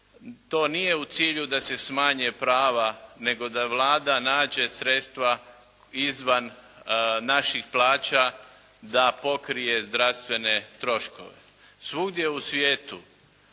to nije u cilju da se smanje prava, nego da Vlada nađe sredstva izvan naših plaća da pokrije zdravstvene troškove. Svugdje u svijetu,